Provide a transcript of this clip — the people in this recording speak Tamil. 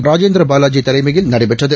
ராஜேந்திரபாவாஜிதலைமையில் நடைபெற்றது